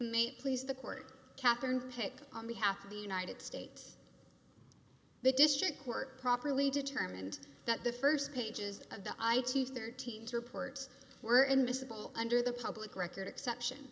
may please the court catherine pick on behalf of the united states the district court properly determined that the st pages of the i teach thirteen to report were invisible under the public record exception